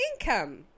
income